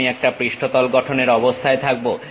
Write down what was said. আমি একটা পৃষ্ঠতল গঠনের অবস্থায় থাকবো